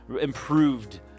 improved